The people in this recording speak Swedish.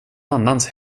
annans